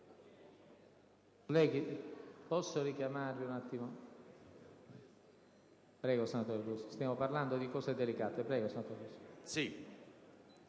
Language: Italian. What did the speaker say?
Grazie